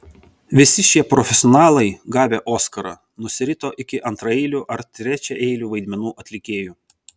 visi šie profesionalai gavę oskarą nusirito iki antraeilių ar trečiaeilių vaidmenų atlikėjų